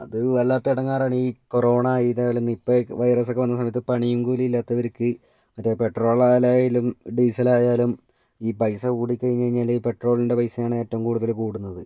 അത് വല്ലാത്ത ഇടങ്ങാറാണ് ഈ കൊറോണ ഇതേപോലെ നിപ്പയൊക്കെ വൈറസൊക്കെ വന്ന സമയത്ത് പണിയും കൂലി ഇല്ലാത്തവർക്ക് മറ്റേ പെട്രോൾ ആയാലും ഡീസൽ ആയാലും ഈ പൈസ കൂടി കഴിഞ്ഞു കഴിഞ്ഞാൽ പെട്രോളിൻ്റെ പൈസയാണ് എറ്റവും കൂടുതൽ കൂടുന്നത്